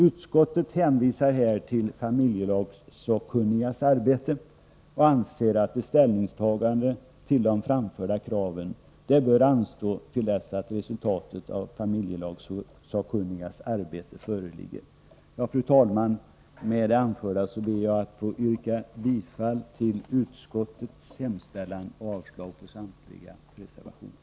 Utskottet hänvisar här till familjelagssakkunnigas arbete och anser att ett ställningstagande till de framförda kraven bör anstå till dess att resultatet av familjelagssakkunnigas arbete föreligger. Fru talman! Med det anförda ber jag att få yrka bifall till utskottets hemställan och avslag på samtliga reservationer.